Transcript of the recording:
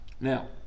Now